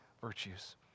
virtues